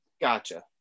Gotcha